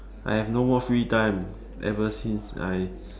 I have no more free time ever since I